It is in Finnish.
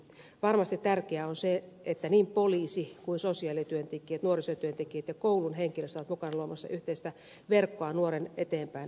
varmasti tärkeää on se että niin poliisi kuin sosiaalityöntekijät nuorisotyöntekijät ja koulun henkilöstö ovat mukana luomassa yhteistä verkkoa nuoren eteenpäin auttamiseksi